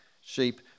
sheep